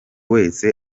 wese